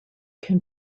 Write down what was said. can